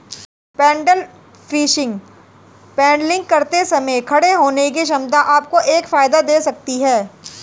pedal fishing paddling करते समय खड़े होने की क्षमता आपको एक फायदा दे सकती है